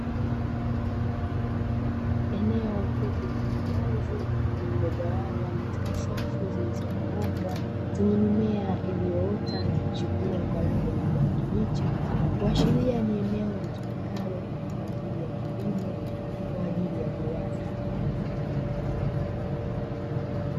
Eneo kubwa la wazi lililogawanywa katika safu zilizonyooka zenye mimea iliyoota na kuchipua kwa rangi ya kijani kibichi, kuashiria ni eneo litumikalo kwa ajili ya kilimo kwa ajili ya viwanda.